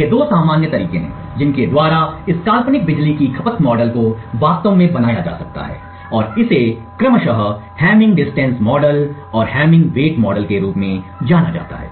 इसके दो सामान्य तरीके हैं जिनके द्वारा इस काल्पनिक बिजली की खपत मॉडल को वास्तव में बनाया जा सकता है और इसे क्रमशः हैमिंग डिस्टेंस मॉडल और हैमिंग वेट मॉडल के रूप में जाना जाता है